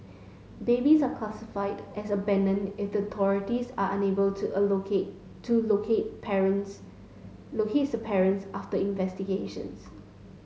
babies are classified as abandoned if the authorities are unable to a locate to locate parents locates parents after investigations